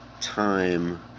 time